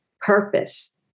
purpose